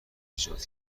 ایجاد